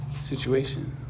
situation